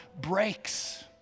breaks